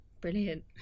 brilliant